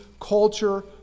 culture